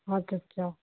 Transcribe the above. ਅੱਛਾ ਅੱਛਾ